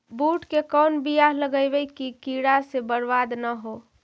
बुंट के कौन बियाह लगइयै कि कीड़ा से बरबाद न हो?